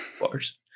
bars